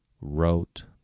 wrote